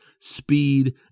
speed